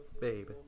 Baby